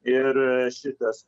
ir šitas